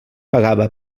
pagava